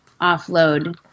offload